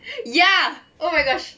ya oh my gosh